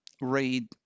read